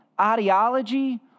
ideology